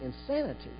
insanity